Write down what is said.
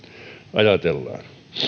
ajatellaan